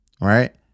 right